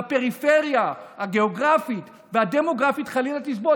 והפריפריה הגיאוגרפית והדמוגרפית תסבול,